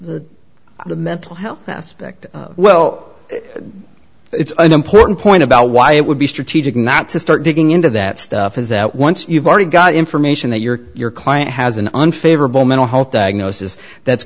the mental health aspect well it's an important point about why it would be strategic not to start digging into that stuff is that once you've already got information that your client has an unfavorable mental health diagnosis that's